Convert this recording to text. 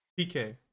PK